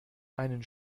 einen